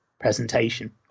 presentation